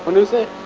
visit